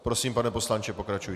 Prosím, pane poslanče, pokračujte.